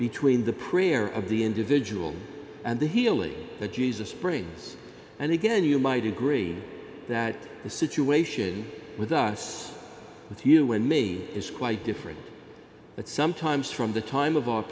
between the prayer of the individual and the healing that jesus springs and again you might agree that the situation with us with you and me is quite different but sometimes from the time